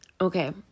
Okay